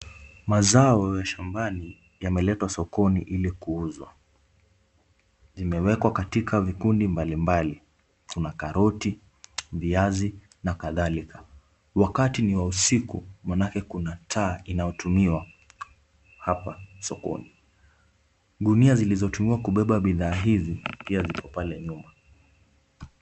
Mazao ya shambani yameletwa sokoni ili kuuzwa. Zimewekwa katika vikundi mbalimbali. Kuna karoti, viazi na kadhalika. Wakati ni wa usiku manaake kuna taa inayotumiwa hapa sokoni. Gunia zilizotumiwa kubeba bidhaa hizi pia ziko pale nyuma.